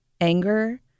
anger